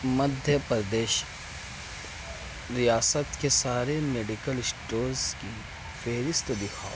مدھیہ پردیش ریاست کے سارے میڈیکل اسٹورز کی فہرست دکھاؤ